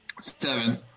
Seven